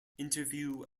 interview